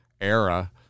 era